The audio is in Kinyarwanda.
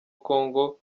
congo